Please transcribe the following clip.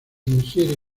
ingiere